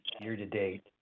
year-to-date